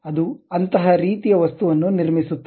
ಅದು ಅಂತಹ ರೀತಿಯ ವಸ್ತುವನ್ನು ನಿರ್ಮಿಸುತ್ತದೆ